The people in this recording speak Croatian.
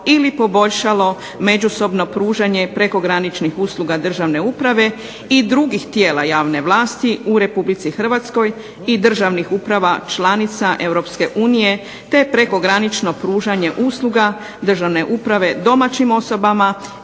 ili poboljšalo međusobno pružanje prekograničnih usluga državne uprave i drugih tijela javne vlasti u Republici Hrvatskoj, i državnih uprava članica Europske unije, te prekogranično pružanje usluga državne uprave domaćim osobama